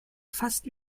fast